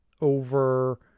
over